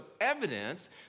evidence